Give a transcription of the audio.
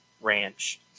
Ranch